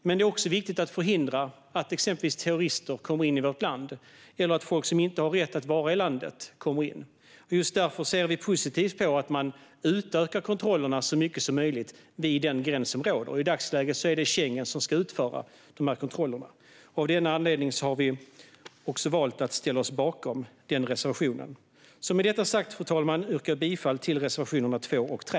Men det är också viktigt att förhindra att exempelvis terrorister kommer in i vårt land eller att folk som inte har rätt att vara i landet kommer in, och just därför ser vi positivt på att man utökar kontrollerna så mycket som möjligt vid den gräns som råder. I dagsläget är det Schengen som ska utföra de här kontrollerna, och av den anledningen har vi också valt att ställa oss bakom den reservationen. Med detta sagt, fru talman, yrkar jag bifall till reservationerna 2 och 3.